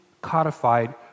codified